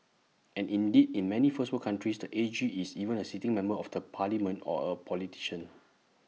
and indeed in many first world countries the A G is even A sitting member of the parliament or A politician